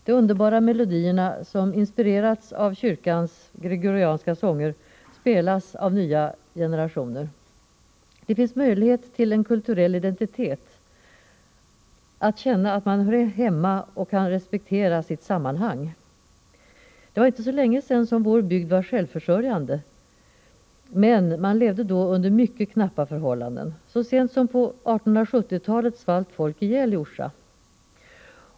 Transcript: De underbara melodierna, som inspirerats av kyrkans gregorianska sånger, spelas av nya generationer. Det finns möjlighet till en kulturell identitet, att känna att man hör hemma och kan respektera sitt sammanhang. Det var inte så länge sedan som vår bygd var självförsörjande. Men man levde då under mycket knappa förhållanden. Så sent som på 1870-talet svalt folk ihjäli Orsa.